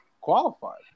qualified